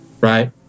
right